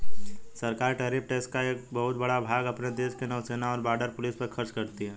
सरकार tariff tax का एक बहुत बड़ा भाग अपने देश के नौसेना और बॉर्डर पुलिस पर खर्च करती हैं